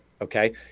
okay